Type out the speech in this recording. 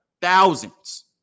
thousands